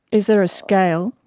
is there a scale?